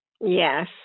Yes